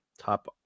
Top